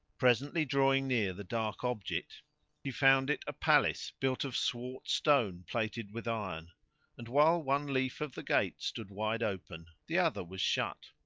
presently drawing near the dark object he found it a palace built of swart stone plated with iron and, while one leaf of the gate stood wide open, the other was shut,